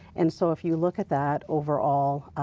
and, so, if you look at that overall,